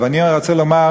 אני רוצה לומר